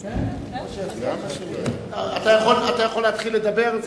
אתה יכול להתחיל לדבר,